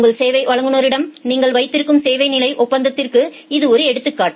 உங்கள் சேவை வழங்குநருடன் நீங்கள் வைத்திருக்கும் சேவை நிலை ஒப்பந்தத்திற்கு இது ஒரு எடுத்துக்காட்டு